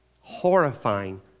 horrifying